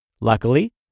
Luckily